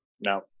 No